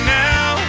now